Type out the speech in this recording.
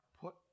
put